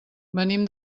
venim